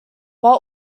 while